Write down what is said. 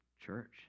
church